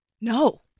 No